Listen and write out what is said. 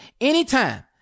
anytime